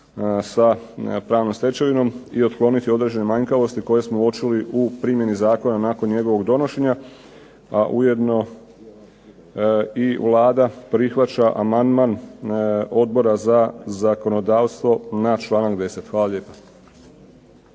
sa pravnom stečevinom i otkloniti određene manjkavosti koje smo uočili u primjeni zakona nakon njegovog donošenja, a ujedno i Vlada prihvaća amandman Odbora za zakonodavstvo na članak 10. Hvala lijepa.